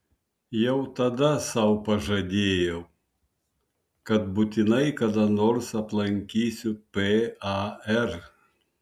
jau tada sau pažadėjau kad būtinai kada nors aplankysiu par